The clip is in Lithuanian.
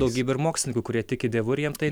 daugybė ir mokslininkų kurie tiki dievu ir jiems tai